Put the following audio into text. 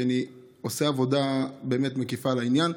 כי אני עושה עבודה באמת מקיפה על העניין,